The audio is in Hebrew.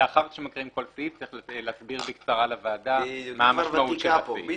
לאחר שמקריאים כל סעיף צריך להסביר בקצרה לוועדה מה המשמעות שלו פה.